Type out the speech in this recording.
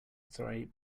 sorry